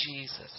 Jesus